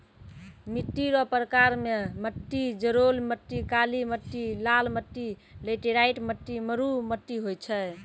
मिट्टी रो प्रकार मे मट्टी जड़ोल मट्टी, काली मट्टी, लाल मट्टी, लैटराईट मट्टी, मरु मट्टी होय छै